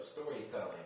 storytelling